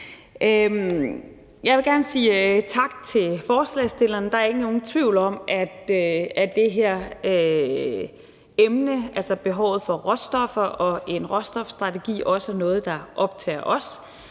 Jeg vil gerne sige tak til forslagsstillerne. Der er ikke nogen tvivl om, at det her emne, altså behovet for råstoffer og en råstofstrategi, også er noget, der optager os.